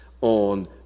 on